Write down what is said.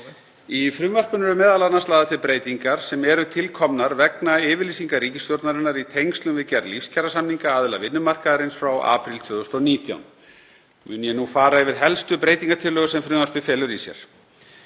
Í frumvarpinu eru m.a. lagðar til breytingar sem eru til komnar vegna yfirlýsinga ríkisstjórnarinnar í tengslum við gerð lífskjarasamninga aðila vinnumarkaðarins frá apríl 2019. Mun ég nú fara yfir helstu breytingartillögur sem frumvarpið felur í sér: